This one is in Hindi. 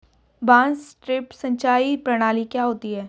बांस ड्रिप सिंचाई प्रणाली क्या होती है?